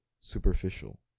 superficial